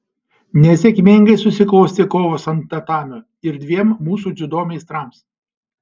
nesėkmingai susiklostė kovos ant tatamio ir dviem mūsų dziudo meistrams